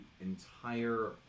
entire